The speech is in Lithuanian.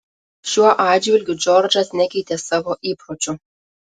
šiuo atžvilgiu džordžas nekeitė savo įpročių